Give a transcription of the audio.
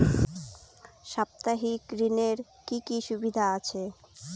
সাপ্তাহিক ঋণের কি সুবিধা আছে?